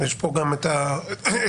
נמצאים כאן גם החוקרים.